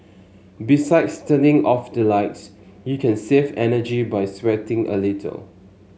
besides turning off the lights you can save energy by sweating a little